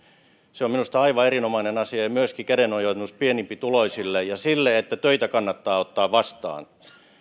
se on minusta aivan erinomainen asia ja myöskin kädenojennus pienempituloisille ja sille että töitä kannattaa ottaa vastaan